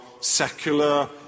secular